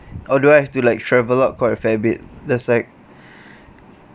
or do I have to like travel up quite a fair bit that's like